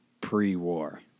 pre-war